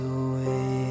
away